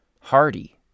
Hardy